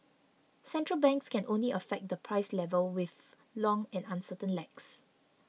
central banks can only affect the price level with long and uncertain lags